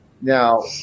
now